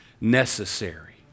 necessary